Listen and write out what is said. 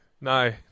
No